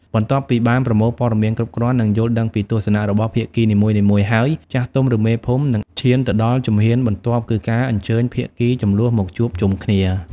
បន្ទាប់ពីបានប្រមូលព័ត៌មានគ្រប់គ្រាន់ និងយល់ដឹងពីទស្សនៈរបស់ភាគីនីមួយៗហើយ ចាស់ទុំ ឬមេភូមិ នឹងឈានទៅដល់ជំហានបន្ទាប់គឺការអញ្ជើញភាគីជម្លោះមកជួបជុំគ្នា។